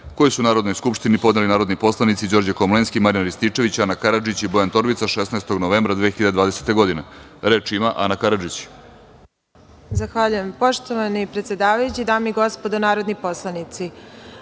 koji su Narodnoj skupštini podneli narodni poslanici Đorđe Komlenski, Marijan Rističević, Ana Karadžić i Bojan Torbica 16. novembra 2020. godine. Reč ima Ana Karadžić. **Ana Karadžić** Zahvaljujem. Poštovani predsedavajući, dame i gospodo narodni poslanici,